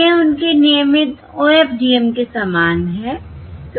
यह उनके नियमित OFDM के समान है